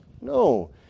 No